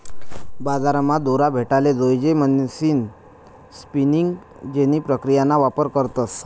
बजारमा दोरा भेटाले जोयजे म्हणीसन स्पिनिंग जेनी प्रक्रियाना वापर करतस